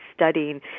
Studying